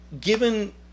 given